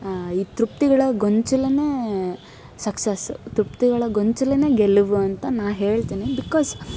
ಈ ತೃಪ್ತಿಗಳ ಗೊಂಚಲನ್ನೇ ಸಕ್ಸಸ್ ತೃಪ್ತಿಗಳ ಗೊಂಚಲನ್ನೇ ಗೆಲುವು ಅಂತ ನಾನು ಹೇಳ್ತೀನಿ ಬಿಕಾಸ್